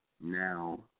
now